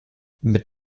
mit